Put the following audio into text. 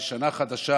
ושנה חדשה